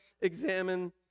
examine